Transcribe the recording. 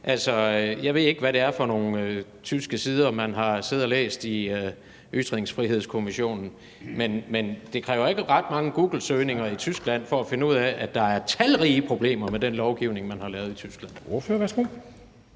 ved jeg ikke, hvad det er for nogle tyske sider, man har siddet og læst i Ytringsfrihedskommissionen, men det kræver ikke ret mange googlesøgninger på Tyskland for at finde ud af, at der er talrige problemer med den lovgivning, man har lavet i Tyskland.